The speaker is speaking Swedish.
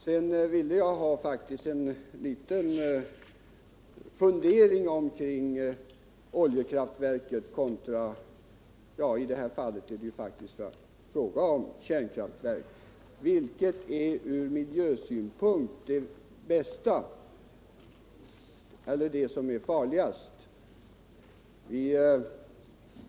Jag ville höra en liten fundering kring oljekraftverket kontra — som det ju faktiskt är fråga om i det här fallet — kärnkraftverk. Vilket är från miljösynpunkt det farligaste?